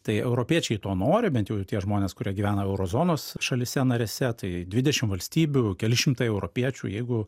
tai europiečiai to nori bent jau tie žmonės kurie gyvena euro zonos šalyse narėse tai dvidešim valstybių keli šimtai europiečių jeigu